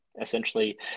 essentially